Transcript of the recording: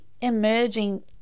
emerging